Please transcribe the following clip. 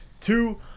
two